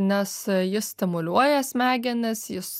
nes jis stimuliuoja smegenis jis